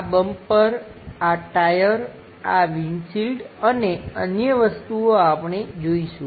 આ બમ્પર આ ટાયર આ વિન્ડશિલ્ડ અને અન્ય વસ્તુઓ આપણે જોઈશું